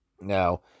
Now